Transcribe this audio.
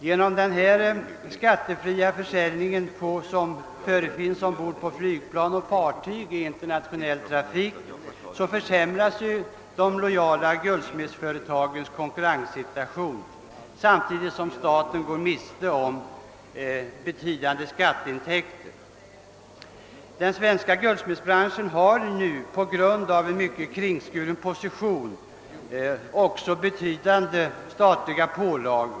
Genom den skattefria försäljning som förekommer ombord på fartyg och flygplan i internationell trafik försämras de lojala guldsmedernas konkurrenssituation samtidigt som staten går miste om betydande skatteintäkter. På grund av en mycket kringskuren position besväras den svenska guldsmedsbranschen i hög grad av betydande statliga pålagor.